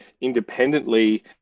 independently